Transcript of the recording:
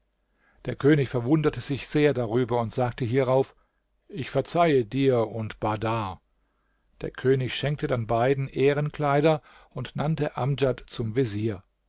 der könig verwunderte sich sehr darüber und sagte hierauf ich verzeihe dir und bahdar der könig schenkte dann beiden ehrenkleider und ernannte amdjad zum vezier